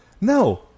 No